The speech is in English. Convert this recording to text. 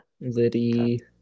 Liddy